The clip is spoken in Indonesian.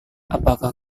apakah